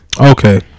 Okay